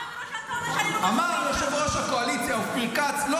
אמר יושב-ראש הקואליציה אופיר כץ: לא